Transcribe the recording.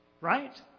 right